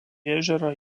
ežerą